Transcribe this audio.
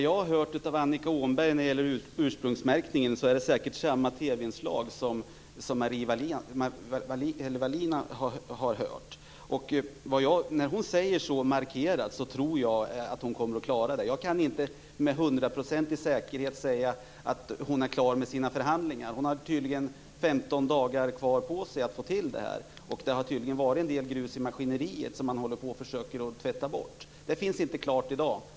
Fru talman! Skall jag vara riktig ärlig så är det nog i samma TV-inslag som Marie Wilén har sett som jag har hört Annika Åhnberg uttala sig om ursprungsmärkningen. När Annika Åhnberg säger så, tror jag att hon kommer att klara det. Jag kan inte med 100 procentig säkerhet säga att hon är klar med förhandlingarna. Jordbruksministern har ytterligare 15 dagar på sig. Det har tydligen varit en del grus i maskineriet som man försöker att tvätta bort. Det är inte klart i dag.